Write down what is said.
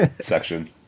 section